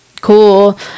cool